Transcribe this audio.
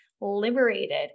liberated